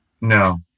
No